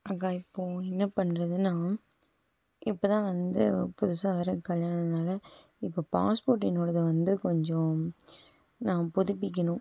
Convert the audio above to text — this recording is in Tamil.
நாங்கள் இப்போது என்ன பண்றதுன்னால் இப்போ தான் வந்து புதுசாக வேறு கல்யாணனால் இப்போ பாஸ்போர்ட்டு என்னோடயது வந்து கொஞ்சம் நான் புதுப்பிக்கணும்